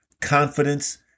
confidence